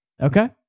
okay